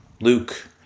Luke